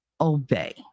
obey